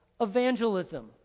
evangelism